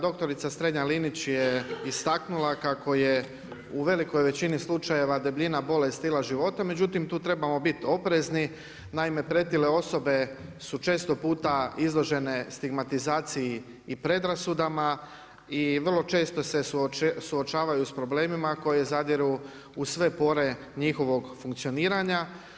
Doktorica Strenja-Linić je istaknula kako je u velikoj većini slučajeva debljina bolest stila života, međutim tu trebamo biti oprezni, naime, pretile osobe su često puta izložene stigmatizaciji i predrasudama i vrlo često se suočavaju sa problemima koje zadiru u sve pore njihovog funkcioniranja.